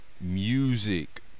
music